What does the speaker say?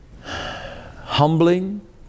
Humbling